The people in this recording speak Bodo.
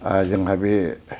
जोंहा बे